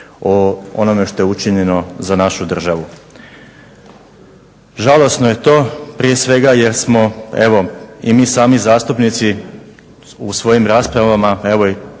o onome što je učinjeno za našu državu. Žalosno je to prije svega jer smo evo i mi sami zastupnici u svojim raspravama evo i